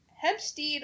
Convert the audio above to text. Hempstead